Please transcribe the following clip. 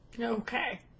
okay